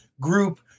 group